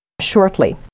shortly